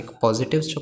positive